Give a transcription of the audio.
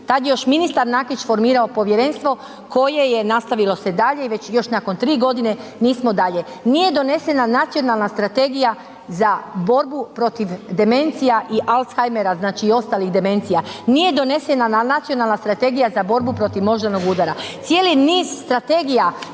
tad je još ministar Nakić formirao povjerenstvo koje je nastavilo se dalje i već još nakon 3.g. nismo dalje, nije donesena nacionalna strategija za borbu protiv demencija i alzheimera znači i ostalih demencija, nije donesena nacionalna strategija za borbu protiv moždanog udara, cijeli niz strategija